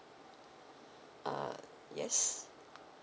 uh yes